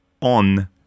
on